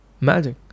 Magic